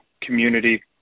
community